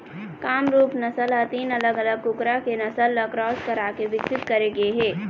कामरूप नसल ह तीन अलग अलग कुकरा के नसल ल क्रास कराके बिकसित करे गे हे